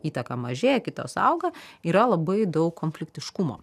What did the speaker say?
įtaka mažėja kitos auga yra labai daug konfliktiškumo